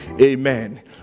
Amen